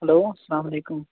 hello اسلام علیکُم